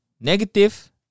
negative